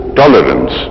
tolerance